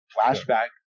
Flashback